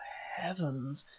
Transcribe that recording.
heavens!